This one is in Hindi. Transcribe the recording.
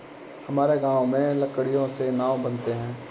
हमारे गांव में लकड़ियों से नाव बनते हैं